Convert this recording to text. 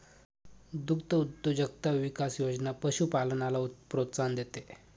दुग्धउद्योजकता विकास योजना पशुपालनाला प्रोत्साहन देते